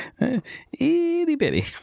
Itty-bitty